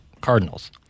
Cardinals